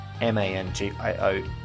M-A-N-G-I-O